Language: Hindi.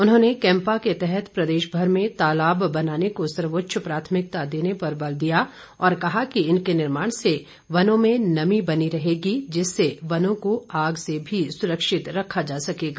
उन्होंने कैम्पा के तहत प्रदेश भर में तालाब बनाने को सर्वोच्च प्राथमिकता देने पर बल दिया और कहा कि इनके निर्माण से वनों में नमी बनी रहेगी जिससे वनों को आग से भी सुरक्षित रखा जा सकेगा